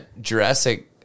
Jurassic